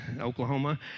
Oklahoma